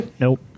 Nope